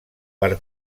per